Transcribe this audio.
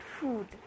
food